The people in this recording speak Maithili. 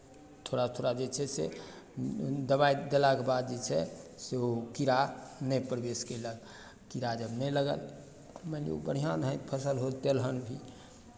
थोड़ा थोड़ा जे छै से दबाइ देलाके बाद जे छै से ओ कीड़ा नहि प्रवेश कयलक कीड़ा जब नहि लागल मानि लियौ बढ़िआँ नाहित फसल होय तेलहन भी